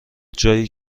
جایی